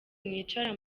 mwicara